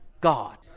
God